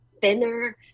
thinner